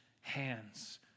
hands